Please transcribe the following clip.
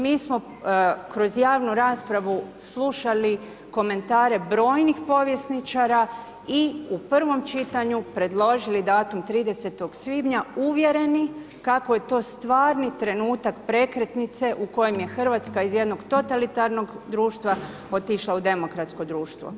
Mi smo kroz javnu raspravu slušali komentare brojnih povjesničara i u prvom čitanju, predložili datum 30. svibnja, uvjereni, kako je to stvarni trenutak prekretnice u kojem je Hrvatska iz jednog totalitarnog društva otišla u demokratsko društvo.